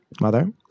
Mother